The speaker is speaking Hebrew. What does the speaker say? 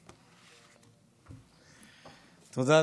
תודה.